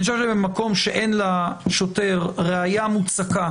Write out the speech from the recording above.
במקום שאין לשוטר ראיה מוצקה